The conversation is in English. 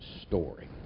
story